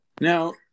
Now